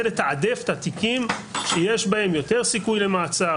לתעדף את התיקים שיש בהם יותר סיכוי למעצר,